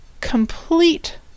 complete